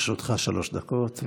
לרשותך שלוש דקות.